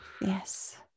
Yes